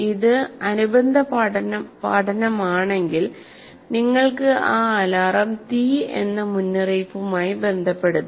ഇത് അനുബന്ധ പഠനമാണെങ്കിൽ നിങ്ങൾക്ക് ആ അലാറം തീ എന്ന മുന്നറിയിപ്പുമായി ബന്ധപ്പെടുത്താം